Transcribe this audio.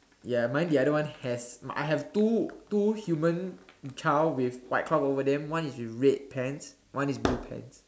ya mine the other one has I have two two human child with white cloth over them one is with red pants one is blue pants